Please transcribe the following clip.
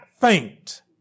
faint